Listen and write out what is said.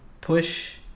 push